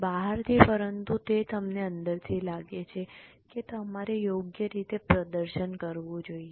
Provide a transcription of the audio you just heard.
બહારથી પરંતુ તે તમને અંદરથી લાગે છે કે તમારે યોગ્ય રીતે પ્રદર્શન કરવું જોઈએ